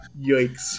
Yikes